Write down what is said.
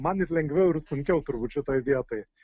man ir lengviau ir sunkiau turbūt šitoj vietoj